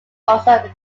also